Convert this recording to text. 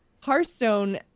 Hearthstone